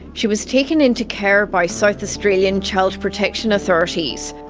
she was taken into care by south australian child protection authorities.